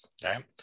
Right